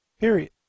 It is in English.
period